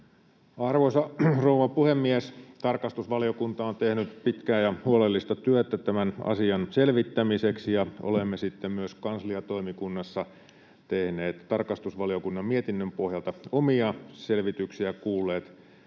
Arvoisa rouva puhemies! Tarkastusvaliokunta on tehnyt pitkään ja huolellisesti työtä tämän asian selvittämiseksi, ja olemme myös kansliatoimikunnassa tehneet tarkastusvaliokunnan mietinnön pohjalta omia selvityksiämme ja kuulleet